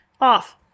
off